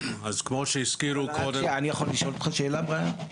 אני יכול לשאול אותך שאלה בריאן?